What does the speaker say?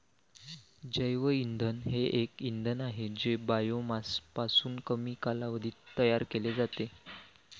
जैवइंधन हे एक इंधन आहे जे बायोमासपासून कमी कालावधीत तयार केले जाते